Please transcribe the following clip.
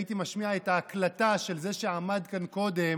הייתי משמיע את ההקלטה של זה שעמד כאן קודם.